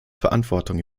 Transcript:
verantwortung